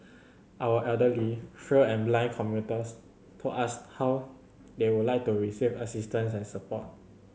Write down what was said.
our elderly frail and blind commuters told us how they would like to receive assistance and support